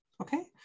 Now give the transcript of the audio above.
Okay